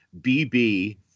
BB